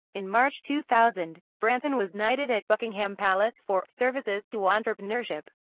in march two thousand, branson was knighted at buckingham palace for services to entrepreneurship.